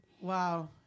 Wow